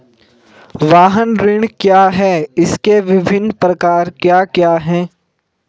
वाहन ऋण क्या है इसके विभिन्न प्रकार क्या क्या हैं?